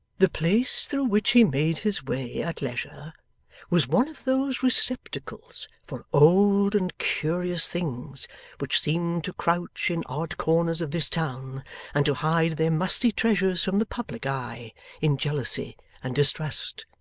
the place through which he made his way at leisure was one of those receptacles for old and curious things which seem to crouch in odd corners of this town and to hide their musty treasures from the public eye in jealousy and distrust.